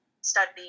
study